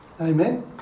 Amen